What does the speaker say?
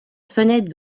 fenêtre